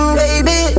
baby